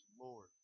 Lord